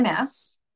MS